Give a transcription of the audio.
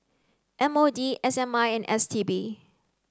M O D S I M and S T B